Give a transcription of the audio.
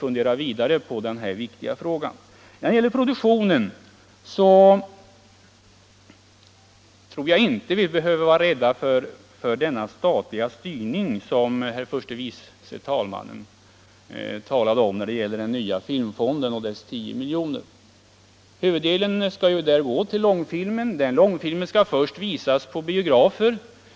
När det gäller filmproduktionen tror jag inte vi behöver vara rädda för en statlig styrning med den nya filmfonden på 10 milj.kr. som herr förste vice talmannen talade om. Huvuddelen skall gå till långfilm, som först skall visas på biografer.